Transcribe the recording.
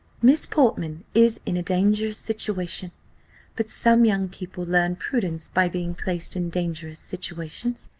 miss portman is in a dangerous situation but some young people learn prudence by being placed in dangerous situations,